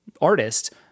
artist